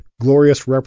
glorious